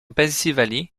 pennsylvanie